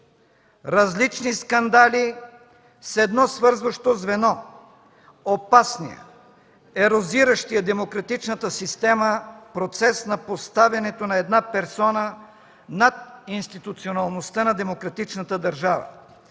Различни скандали с едно свързващо звено – опасният, ерозиращият демократичната система процес на поставянето на една персона над институционалността на демократичната държава.